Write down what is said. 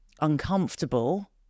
uncomfortable